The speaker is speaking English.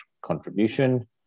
contribution